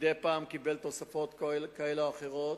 מדי פעם הוא קיבל תוספות כאלה או אחרות,